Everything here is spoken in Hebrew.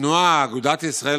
התנועה אגודת ישראל,